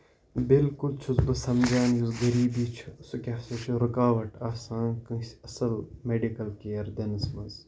بِالکُل چھُس بہٕ سَمجھان یُس غریٖبی چھےٚ سُہ کیاہ سا چھِ رُکاوَٹھ آسان کٲنسہِ اَصٕل میڈِکل کِیر دِنَس منٛز